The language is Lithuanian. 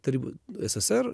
tarybų ssr